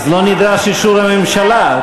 אז לא נדרש אישור הממשלה,